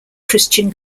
christian